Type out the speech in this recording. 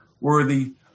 worthy